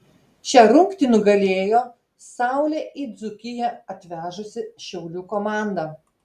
šią rungtį nugalėjo saulę į dzūkiją atvežusi šiaulių komanda